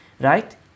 Right